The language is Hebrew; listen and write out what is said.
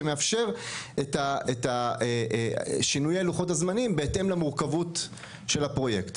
שמאפשר את שינויי לוחות הזמנים בהתאם למורכבות של הפרויקט.